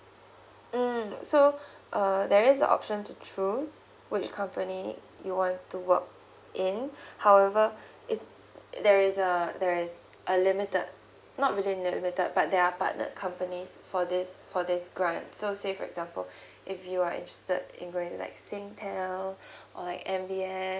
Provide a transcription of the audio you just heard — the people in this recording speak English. mm so uh there's a option to choose which company you want to work in however is there is a there is a limited not really limited but there are partnered companies for this for this grant so say for example if you are interested in going to like singtel or like M_B_S